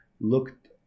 looked